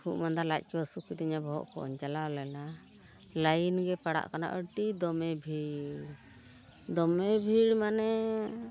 ᱠᱷᱩᱜ ᱢᱟᱸᱫᱟ ᱞᱟᱡ ᱠᱚ ᱦᱟᱹᱥᱩ ᱠᱤᱫᱤᱧᱟ ᱵᱚᱦᱚᱜ ᱠᱚᱧ ᱪᱟᱞᱟᱣ ᱞᱮᱱᱟ ᱞᱟᱭᱤᱱ ᱜᱮ ᱯᱟᱲᱟᱜ ᱠᱟᱱᱟ ᱟᱹᱰᱤ ᱫᱚᱢᱮ ᱵᱷᱤᱲ ᱫᱚᱢᱮ ᱵᱷᱤᱲ ᱢᱟᱱᱮ